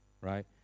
right